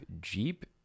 Jeep